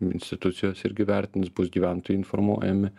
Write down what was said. institucijos irgi vertins bus gyventojai informuojami